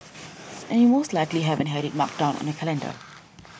and you most likely haven't had it marked down on your calendar